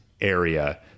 area